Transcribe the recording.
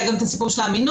היה את הסיפור של האמינות,